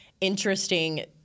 interesting